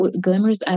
Glimmers